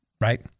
right